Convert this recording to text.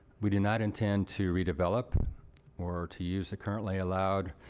we do not intend to redevelop or to use the currently allowed